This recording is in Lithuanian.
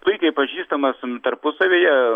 puikiai pažįstamas tarpusavyje